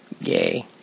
yay